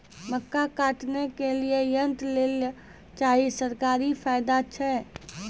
मक्का काटने के लिए यंत्र लेल चाहिए सरकारी फायदा छ?